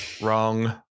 Wrong